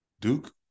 Duke